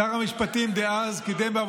שר המשפטים דאז קידם את הצעת החוק,